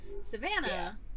Savannah